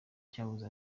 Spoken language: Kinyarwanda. cyahoze